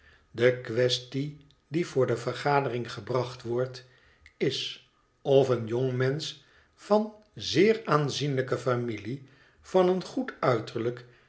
de quaestie die voor de vergadering gebracht wordt is of een jongmensch van zeer aanzienlijke familie van een goed uiterlijk